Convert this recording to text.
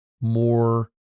more